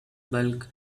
bulk